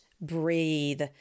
breathe